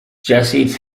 jesse